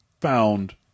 found